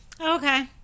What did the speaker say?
okay